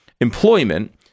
employment